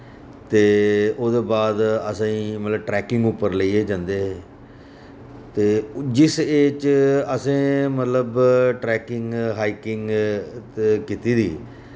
ते ओह्दे बाद असेंई मतलब ट्रैकिंग उप्पर लेइयै जन्दे हे ते जिस ऐज च असें मतलब ट्रैकिंग हाईकिंग ते कीती दी